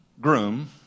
groom